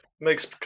makes